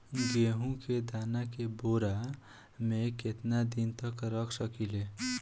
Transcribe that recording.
गेहूं के दाना के बोरा में केतना दिन तक रख सकिले?